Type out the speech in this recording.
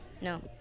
No